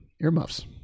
earmuffs